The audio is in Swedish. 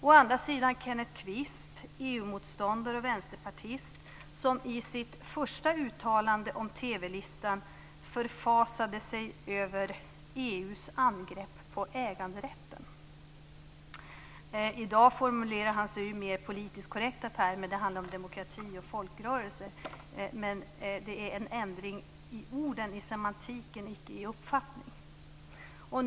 Å andra sidan har vi Kenneth Kvist, EU motståndare och vänsterpartist, som i sitt första uttalande om TV-listan förfasade sig över EU:s angrepp på äganderätten. I dag formulerade han sig i mer politiskt korrekta termer och sade att det handlar om demokrati och folkrörelser, men det är en ändring i orden och semantiken och inte i uppfattningen.